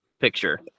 picture